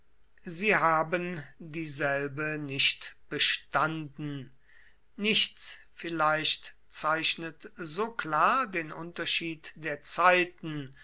sie haben dieselbe nicht bestanden nichts vielleicht zeichnet so klar den unterschied der zeiten